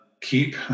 keep